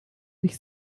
sich